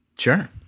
Sure